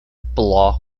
bloch